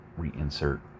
reinsert